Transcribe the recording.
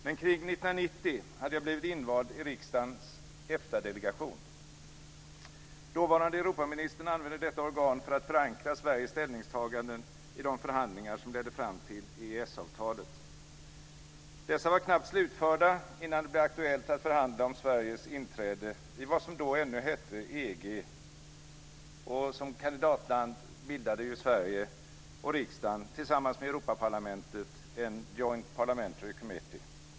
Men kring 1990 hade jag blivit invald i riksdagens EFTA-delegation. Dåvarande Europaministern använde detta organ för att förankra Sveriges ställningstaganden i de förhandlingar som ledde fram till EES-avtalet. Dessa var knappt slutförda innan det blev aktuellt att förhandla om Sveriges inträde i vad som då ännu hette EG. Som kandidatland bildade ju Sverige och riksdagen tillsammans med Europaparlamentet en joint parliamentary committee.